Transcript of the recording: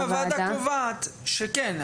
אבל אם הוועדה קובעת כן,